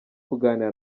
kuganira